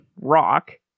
rock